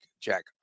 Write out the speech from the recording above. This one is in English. Jack